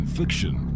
fiction